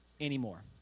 anymore